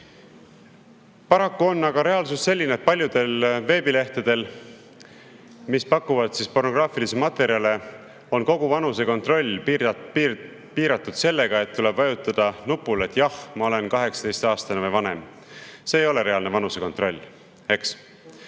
Paraku on aga reaalsus selline, et paljudel veebilehtedel, mis pakuvad pornograafilisi materjale, piirdub kogu vanusekontroll sellega, et tuleb vajutada nupule "Jah, ma olen 18-aastane või vanem". See ei ole reaalne vanusekontroll, eks?